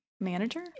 manager